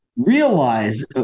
realize